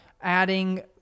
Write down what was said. adding